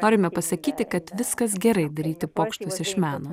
norime pasakyti kad viskas gerai daryti pokštus iš meno